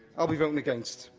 i'll be voting against.